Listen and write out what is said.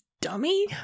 dummy